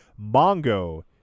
Mongo